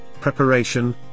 preparation